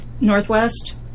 Northwest